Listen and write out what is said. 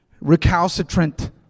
recalcitrant